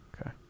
Okay